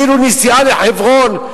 כאילו נסיעה לחברון,